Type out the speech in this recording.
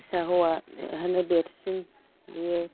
फिसा हौवायानो देरसिन बियो